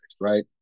right